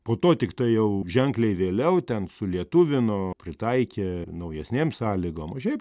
po to tiktai jau ženkliai vėliau ten sulietuvino pritaikė naujesnėm sąlygom o šiaip